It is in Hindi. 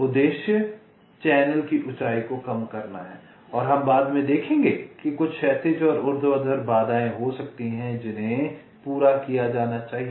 उद्देश्य चैनल की ऊंचाई को कम करना है और हम बाद में देखेंगे कि कुछ क्षैतिज और ऊर्ध्वाधर बाधाएं हो सकती हैं जिन्हें पूरा किया जाना चाहिए